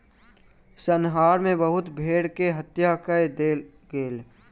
संहार मे बहुत भेड़ के हत्या कय देल गेल